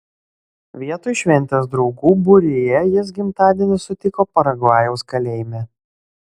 vietoj šventės draugų būryje jis gimtadienį sutiko paragvajaus kalėjime